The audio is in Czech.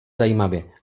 zajímavě